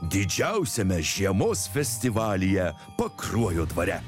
didžiausiame žiemos festivalyje pakruojo dvare